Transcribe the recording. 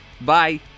Bye